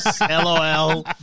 LOL